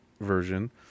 version